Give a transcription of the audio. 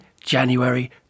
January